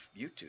YouTube